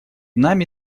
нами